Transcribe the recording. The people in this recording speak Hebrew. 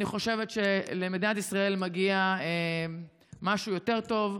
אני חושבת שלמדינת ישראל מגיע משהו יותר טוב.